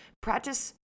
practice